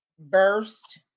burst